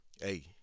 Hey